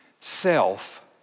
self